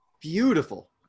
beautiful